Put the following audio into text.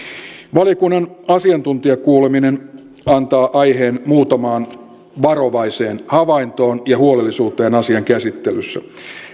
valiokunnan asiantuntijakuuleminen antaa aiheen muutamaan varovaiseen havaintoon ja huolellisuuteen asian käsittelyssä